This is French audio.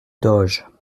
doge